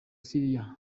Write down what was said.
siriya